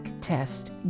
test